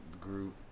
group